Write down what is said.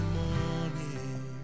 morning